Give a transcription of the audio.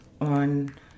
on